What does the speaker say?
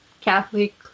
Catholic